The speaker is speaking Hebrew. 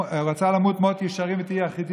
הוא רצה למות מות ישרים "ותהי אחריתי